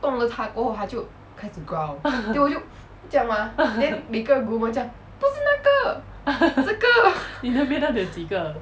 你那边到底有几个